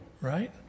Right